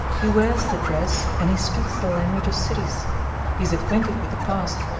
he wears the dress, and he speaks the language of cities he is acquainted with the past,